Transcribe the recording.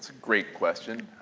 great question.